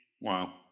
Wow